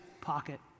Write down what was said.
pocket